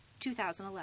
2011